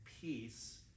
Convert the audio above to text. Peace